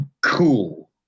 cool